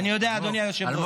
אני יודע, אדוני היושב-ראש.